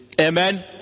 Amen